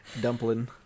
Dumpling